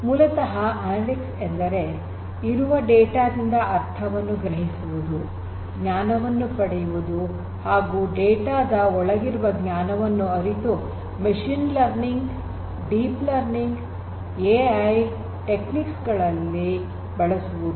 ಮೂಲತಃ ಅನಲಿಟಿಕ್ಸ್ ಎಂದರೆ ಇರುವ ಡೇಟಾ ದಿಂದ ಅರ್ಥವನ್ನು ಗ್ರಹಿಸುವುದು ಜ್ಞಾನವನ್ನು ಪಡೆಯುವುದು ಹಾಗೂ ಡೇಟಾ ದ ಒಳಗಿರುವ ಜ್ಞಾನವನ್ನು ಅರಿತು machine learning deep learning AI ತಂತ್ರಜ್ಞಾನಗಳಲ್ಲಿ ಬಳಸುವುದು